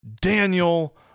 Daniel